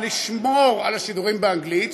לשמור על השידורים באנגלית,